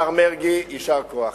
השר מרגי, יישר כוח.